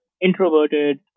introverted